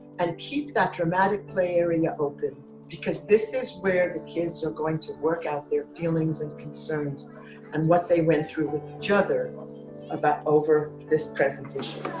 and keep that dramatic play area open because this is where the kids are going to work out their feelings and concerns and what they went through with each other about over this present